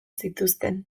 zituzten